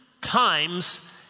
times